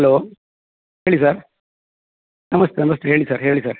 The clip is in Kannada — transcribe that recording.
ಹಲೋ ಹೇಳಿ ಸರ್ ನಮಸ್ತೆ ನಮಸ್ತೆ ಹೇಳಿ ಸರ್ ಹೇಳಿ ಸರ್